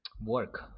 work